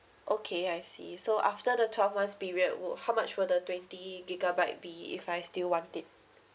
okay I see so after the twelve months period would how much will the twenty gigabyte be if I still want it